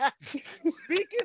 Speaking